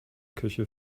küche